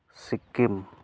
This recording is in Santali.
ᱥᱤᱠᱤᱢ